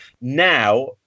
Now